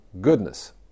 goodness